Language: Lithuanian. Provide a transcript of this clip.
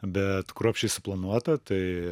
bet kruopščiai suplanuota tai